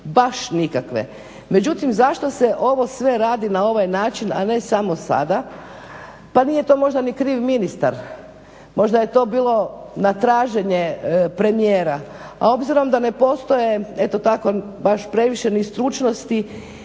baš nikakve. Međutim, zašto se ovo sve radi na ovaj način, a ne samo sada. Pa nije to možda ni kriv ministar. Možda je to bilo na traženje premijera, a obzirom da ne postoje eto tako baš previše ni stručnosti